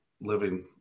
living